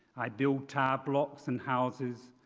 i build tower blocks and houses.